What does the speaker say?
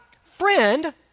friend